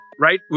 right